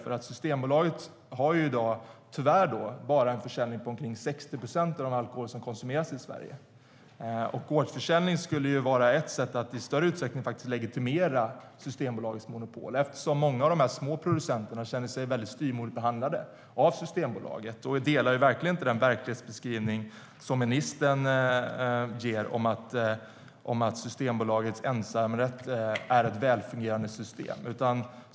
I dag har Systembolaget tyvärr bara en försäljning på omkring 60 procent av den alkohol som konsumeras i Sverige. Och gårdsförsäljning skulle vara ett sätt att i större uträckning faktiskt legitimera Systembolagets monopol eftersom många av de små producenterna känner sig väldigt styvmoderligt behandlade av Systembolaget.Jag delar verkligen inte ministerns verklighetsbeskrivning om att Systembolagets ensamrätt är ett välfungerande system.